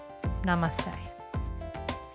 Namaste